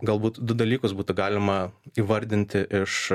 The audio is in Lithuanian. galbūt du dalykus būtų galima įvardinti iš